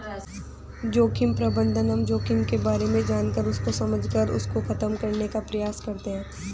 जोखिम प्रबंधन हम जोखिम के बारे में जानकर उसको समझकर उसको खत्म करने का प्रयास करते हैं